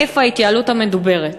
איפה ההתייעלות המדוברת?